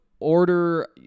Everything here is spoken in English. order